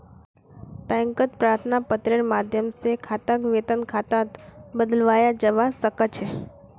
बैंकत प्रार्थना पत्रेर माध्यम स खाताक वेतन खातात बदलवाया जबा स ख छ